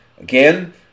Again